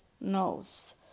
knows